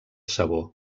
sabor